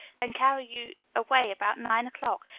and carry you away about nine o'clock,